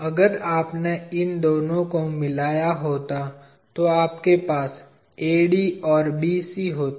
अगर आपने इन दोनों को मिलाया होता तो आपके पास AD और BC होता